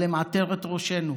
אבל הם עטרת ראשנו,